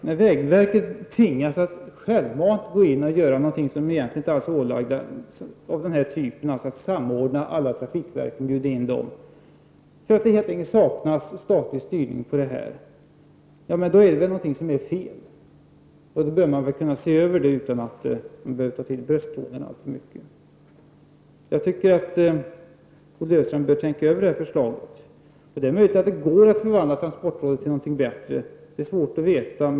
När vägverket tvingas att gå in och göra någonting som det egentligen inte alls är ålagt — dvs. att samordna verksamheten inom alla trafikverk och bjuda in dem, eftersom det helt enkelt saknas statlig styrning på det här området — är det någonting som är fel. Det bör man kunna se över utan att ta till brösttoner alltför mycket. Jag tycker att Olle Östrand bör tänka över detta förslag. Det är möjligt att det går att förvandla transportrådet till någonting bättre, men det är svårt att veta.